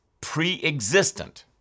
pre-existent